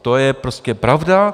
To je prostě pravda.